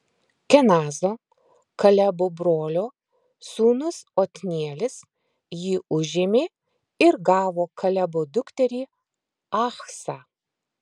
kenazo kalebo brolio sūnus otnielis jį užėmė ir gavo kalebo dukterį achsą